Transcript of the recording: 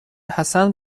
حسن